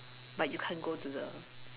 but you can't go to the